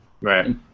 Right